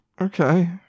Okay